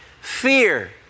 fear